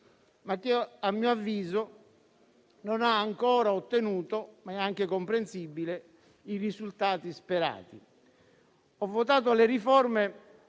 ma che, a mio avviso, non ha ancora ottenuto - ma è comprensibile - i risultati sperati. Io ho votato le riforme,